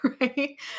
right